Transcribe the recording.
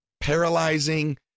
paralyzing